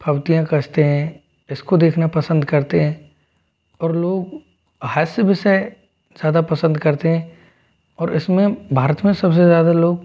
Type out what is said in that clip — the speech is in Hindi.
फब्तियाँ कसते हैं इसको देखना पसंद करते हैं और लोग हास्य विषय ज़्यादा पसंद करते हैं और इसमें भारत में सबसे ज़्यादा लोग